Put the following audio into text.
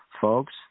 folks